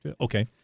Okay